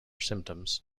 symptoms